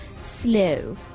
slow